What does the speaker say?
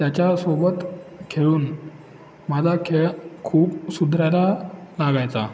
त्याच्यासोबत खेळून माझा खेळ खूप सुधरायला लागायचा